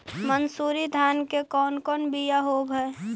मनसूरी धान के कौन कौन बियाह होव हैं?